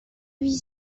huit